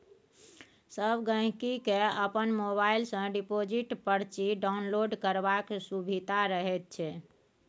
सब गहिंकी केँ अपन मोबाइल सँ डिपोजिट परची डाउनलोड करबाक सुभिता रहैत छै